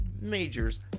Majors